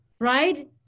right